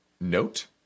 note